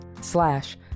slash